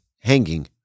hanging